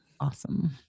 Awesome